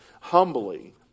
humbly